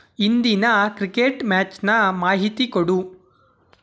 ಇಂದಿನ ಕ್ರಿಕೆಟ್ ಮ್ಯಾಚ್ನ ಮಾಹಿತಿ ಕೊಡು